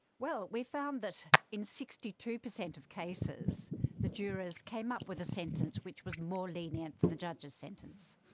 well, we found that in sixty two percent of cases the jurors came up with a sentence which was more lenient than the judge's sentence.